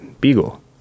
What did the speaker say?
Beagle